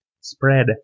spread